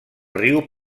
riu